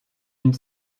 une